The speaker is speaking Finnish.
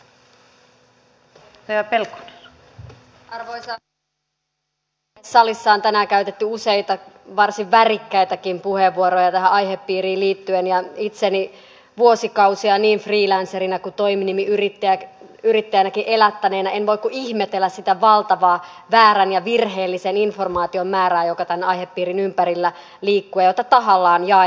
salissa on tänään käytetty useita varsin värikkäitäkin puheenvuoroja tähän aihepiiriin liittyen ja itseni vuosikausia niin freelancerina kuin toiminimiyrittäjänäkin elättäneenä en voi kuin ihmetellä sitä valtavaa väärän ja virheellisen informaation määrää joka tämän aihepiirin ympärillä liikkuu ja jota tahallaan jaetaan